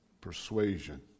persuasion